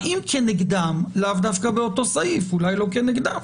האם כנגדם, לאו דווקא באותו סעיף אולי לא כנגדם,